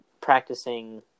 practicing